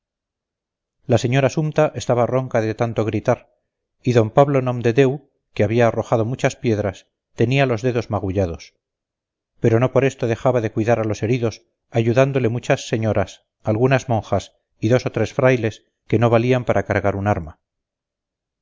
la señora sumta estaba ronca de tanto gritar y d pablo nomdedeu que había arrojado muchas piedras tenía los dedos magullados pero no por esto dejaba de cuidar a los heridos ayudándole muchas señoras algunas monjas y dos o tres frailes que no valían para cargar un arma